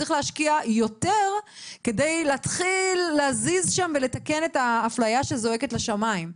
צריך להשקיע יותר כדי להתחיל להזיז ולתקן את האפליה שזועקת לשמים.